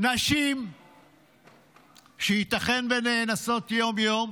נשים שייתכן שנאנסות יום-יום,